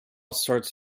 sorts